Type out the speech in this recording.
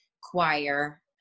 choir